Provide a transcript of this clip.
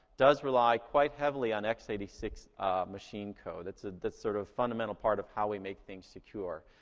does rely quite heavily on x eight six machine code. it's ah the sort of fundamental part of how we make things secure.